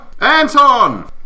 Anton